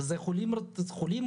ואלה חולים אונקולוגיים,